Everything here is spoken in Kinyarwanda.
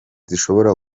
zishobora